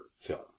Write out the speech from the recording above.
film